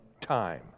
time